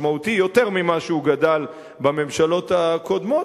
משמעותי יותר ממה שהוא גדל בממשלות הקודמות,